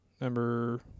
number –